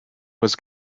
was